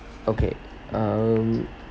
okay um